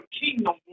kingdom